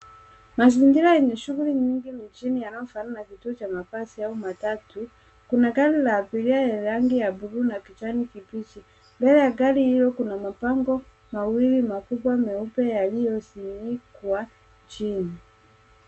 Mazingira yenye shughuli nyingi mijini yanayofanana na kituo cha mabasi au matatu. Kuna gari la abiria lenye rangi ya buluu na kijani kibichi. Mbele ya gari hilo kuna mabango mawili makubwa meupe yaliyozinikwa chini.